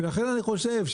ולכן אני יחושב,